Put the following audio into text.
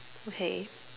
okay